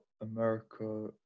America